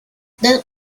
that